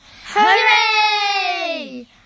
Hooray